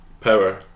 power